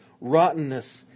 Rottenness